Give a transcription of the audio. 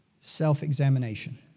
self-examination